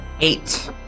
Eight